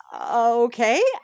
okay